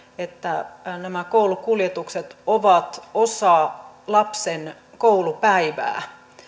että nämä nämä koulukuljetukset ovat osa lapsen koulupäivää